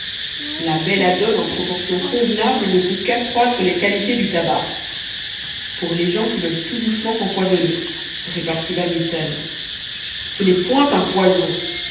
la belladone en proportions convenables ne peut qu'accroître les qualités du tabac pour les gens qui veulent tout doucement s'empoisonner répartit van mitten ce n'est point un poison